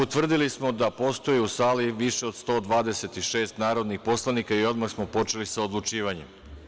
Utvrdili smo da postoji u sali više od 126 narodnih poslanika i odmah smo počeli sa odlučivanjem.